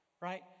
Right